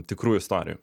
tikrų istorijų